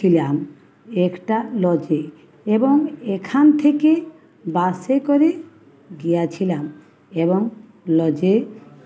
ছিলাম একটা লজে এবং এখান থেকে বাসে করে গিয়াছিলাম এবং লজে